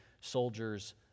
soldiers